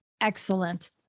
excellent